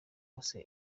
yose